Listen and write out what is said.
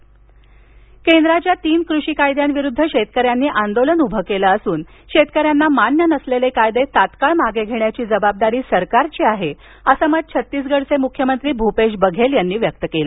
शेतकरी कायदे केंद्राच्या तीन कृषी कायद्याविरुद्ध शेतकऱ्यांनी आंदोलन उभं केलं असून शेतकऱ्यांना मान्य नसलेले कायदे तात्काळ परत घेण्याची जबाबदारी सरकारची आहे असं मत छत्तीसगडचे मुख्यमंत्री भुपेश बघेल यांनी व्यक्त केलं